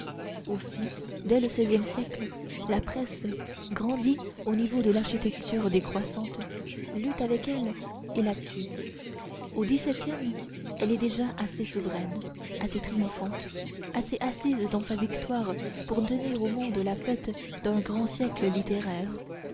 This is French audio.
aussi dès le seizième siècle la presse grandie au niveau de l'architecture décroissante lutte avec elle et la tue au dix-septième elle est déjà assez souveraine assez triomphante assez assise dans sa victoire pour donner au monde la fête d'un grand siècle littéraire